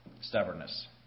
stubbornness